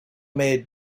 made